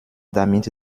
damit